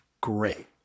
great